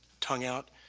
tongue out,